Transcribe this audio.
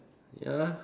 ya lah